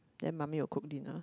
then mummy will cook dinner